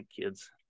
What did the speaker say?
kids